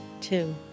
Two